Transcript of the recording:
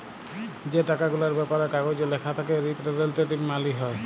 যে টাকা গুলার ব্যাপারে কাগজে ল্যাখা থ্যাকে রিপ্রেসেলট্যাটিভ মালি হ্যয়